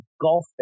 golf